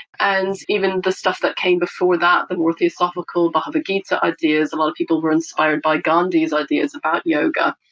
and even the stuff that came before that, that, the more philosophical bhagavad gita ideas, a lot of people were inspired by gandhi's ideas about yoga,